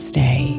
Stay